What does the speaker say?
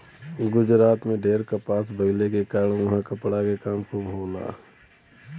गुजरात में ढेर कपास भइले के कारण उहाँ कपड़ा के काम खूब होला